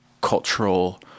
cultural